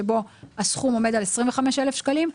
שבו הסכום עומד על 25,000 שקלים.